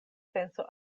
penso